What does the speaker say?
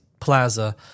plaza